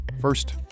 First